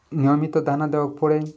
ନିୟମିତ ଦାନା ଦେବାକୁ ପଡ଼େ